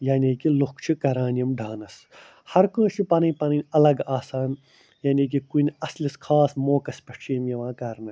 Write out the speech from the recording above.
یعنی کہِ لُکھ چھِ کَران یِم ڈانَس ہر کٲنٛسہِ چھِ پَنٕنۍ پَنٕنۍ الگ آسان یعنی کہِ کُنہِ اَصلِس خاص موقعس پٮ۪ٹھ چھِ یِم یِوان کَرنہٕ